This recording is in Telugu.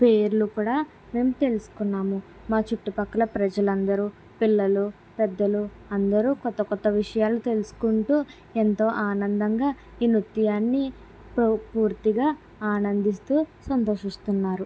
పేర్లు కూడా మేము తెలుసుకున్నాము మా చుట్టు ప్రక్కల ప్రజలు అందరూ పిల్లలు పెద్దలు అందరూ క్రొత్త క్రొత్త విషయాలు తెలుసుకుంటూ ఎంతో ఆనందంగా ఈ నృత్యాన్ని ఎంతో ప్రో పూర్తిగా ఆనందిస్తూ సంతోషిస్తున్నారు